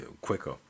quicker